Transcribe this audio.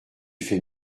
fait